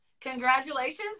Congratulations